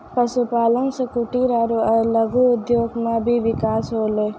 पशुपालन से कुटिर आरु लघु उद्योग मे भी बिकास होलै